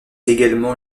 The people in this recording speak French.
également